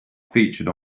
featured